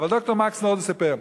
אבל ד"ר מקס נורדאו סיפר.